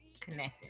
connected